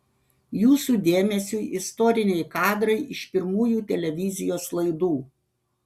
jūsų dėmesiui istoriniai kadrai iš pirmųjų televizijos laidų